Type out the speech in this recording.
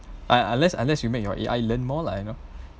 un~ unless unless you make your A_I learn more lah you know